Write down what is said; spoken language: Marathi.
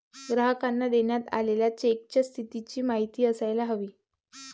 ग्राहकांना देण्यात आलेल्या चेकच्या स्थितीची माहिती असायला हवी